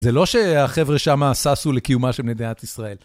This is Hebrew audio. זה לא שהחבר'ה שם ששו לקיומה של מדינת ישראל.